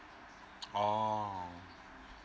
oo